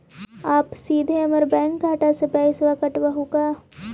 आप सीधे हमर बैंक खाता से पैसवा काटवहु का?